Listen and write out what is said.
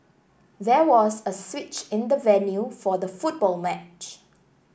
there was a switch in the venue for the football match